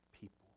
people